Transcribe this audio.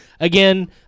Again